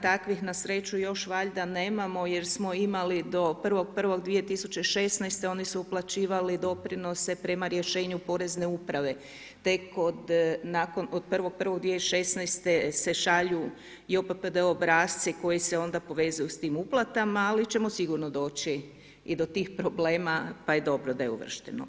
Takvih na sreću još valjda nemamo jer smo imali do 1.1.2016. oni su uplaćivali doprinose prema rješenju Porezne uprave te nakon od 1.1.2016. se šalju JOPPD obrasci koji se onda povezuju s tim uplatama, ali ćemo sigurno doći i do tih problema pa je dobro uvršteno.